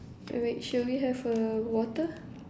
alright shall we have a water